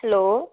hello